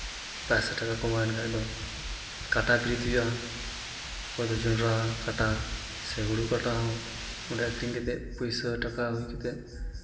ᱯᱚᱭᱥᱟ ᱴᱟᱠᱟ ᱠᱚᱢᱟᱣ ᱮᱱ ᱠᱷᱟᱡ ᱫᱚ ᱚᱠᱟᱴᱟᱜ ᱵᱤᱨᱤᱫ ᱦᱩᱭᱩᱜᱼᱟ ᱚᱠᱚᱭ ᱫᱚ ᱡᱚᱱᱰᱨᱟ ᱠᱟᱴᱟ ᱥᱮ ᱦᱳᱲᱳ ᱠᱟᱴᱟ ᱦᱚᱸ ᱱᱚᱰᱮ ᱟᱹᱠᱷᱨᱤᱧ ᱠᱟᱛᱮ ᱯᱚᱭᱥᱟ ᱴᱟᱠᱟ ᱦᱩᱭ ᱠᱟᱛᱮ